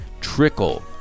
trickle